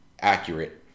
accurate